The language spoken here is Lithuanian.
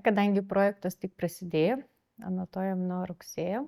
kadangi projektas tik prasidėjo anotuojam nuo rugsėjo